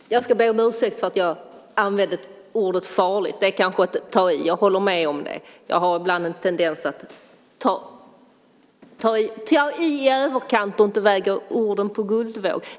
Fru talman! Jag ska be om ursäkt för att jag använde ordet "farligt". Det kanske var att ta i. Jag håller med om det. Jag har en tendens att ibland ta i i överkant utan att väga orden på guldvåg.